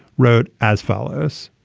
wrote as follows.